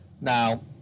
Now